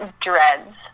dreads